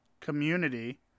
community